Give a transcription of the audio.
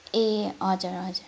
ए हजुर हजुर